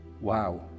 wow